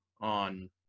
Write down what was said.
on